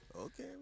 Okay